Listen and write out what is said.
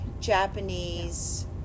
Japanese